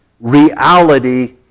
reality